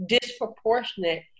disproportionate